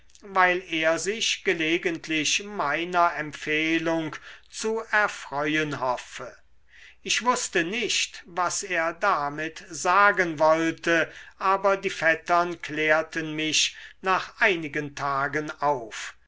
weil er sich gelegentlich meiner empfehlung zu erfreuen hoffe ich wußte nicht was er damit sagen wollte aber die vettern klärten mich nach einigen tagen auf